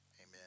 Amen